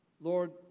Lord